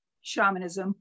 shamanism